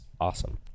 awesome